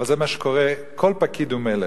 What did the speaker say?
אבל זה מה שקורה, כל פקיד הוא מלך.